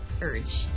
Urge